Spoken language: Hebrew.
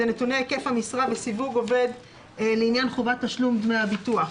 אלה נתוני היקף המשרה וסיווג עובד לעניין חובת תשלום דמי הביטוח.